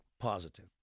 positive